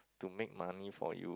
to make money for you